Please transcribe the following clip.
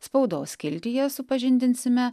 spaudos skiltyje supažindinsime